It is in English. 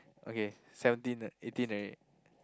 okay seventeen uh eighteen already